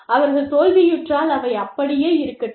அவர்கள் தோல்வியுற்றால் அவை அப்படியே இருக்கட்டும்